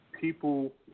People